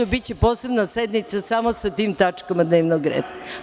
Biće posebna sednica samo sa tim tačkama dnevnog reda.